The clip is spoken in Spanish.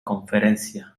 conferencia